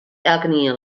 elkenien